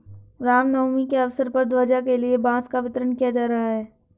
राम नवमी के अवसर पर ध्वजा के लिए बांस का वितरण किया जा रहा है